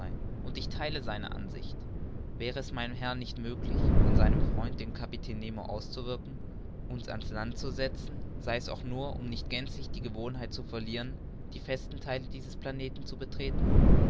und ich theile seine ansicht wäre es meinem herrn nicht möglich von seinem freund dem kapitän nemo auszuwirken uns an's land zu setzen sei's auch nur um nicht gänzlich die gewohnheit zu verlieren die festen theile unsers planeten zu betreten